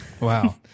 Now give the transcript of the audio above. Wow